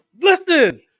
listen